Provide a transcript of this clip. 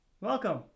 Welcome